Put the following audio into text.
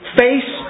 face